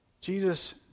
Jesus